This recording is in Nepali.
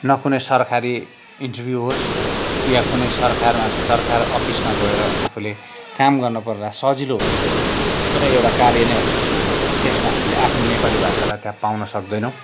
न कुनै सरकारी इन्टरभ्यू होस् या कुनै सरकारमा सरकार अफिसमा गएर आफूले काम गर्न पर्दा सजिलो हुने कुनै एउटा कार्य नै होस् त्यसमा हामीले आफ्नो नेपाली भाषालाई त्यहाँ पाउँन सक्दैनौँ